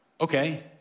Okay